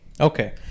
Okay